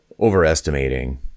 overestimating